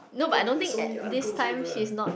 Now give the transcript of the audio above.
no there's so many other girls out there